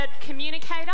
communicator